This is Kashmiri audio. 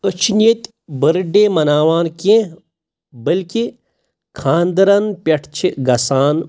أسۍ چھِنہٕ ییٚتہِ بٔرتھ ڈے مَناوان کینٛہہ بٔلکہِ خاندرَن پٮ۪ٹھ چھِ گژھان